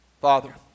Father